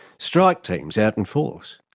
strike teams out in force,